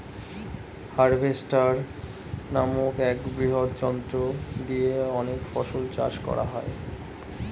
harvester নামক এক বৃহৎ যন্ত্র দিয়ে অনেক ফসল চাষ করা যায়